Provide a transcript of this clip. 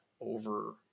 over